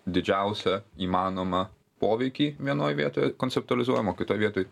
didžiausią įmanomą poveikį vienoj vietoj konceptualizuojam o kitoj vietoj